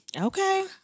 Okay